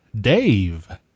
Dave